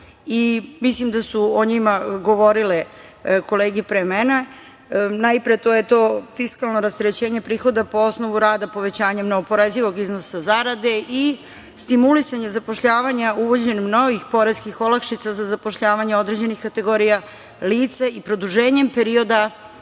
mislim da su o njima govorile kolege pre mene. Najpre, to je to fiskalno rasterećenje prihoda po osnovu rada povećanjem neoporezivog iznosa zarade i stimulisanje zapošljavanja uvođenjem novih poreskih olakšica za zapošljavanje određenih kategorija lica i produženjem perioda